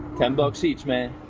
ten bucks each, man.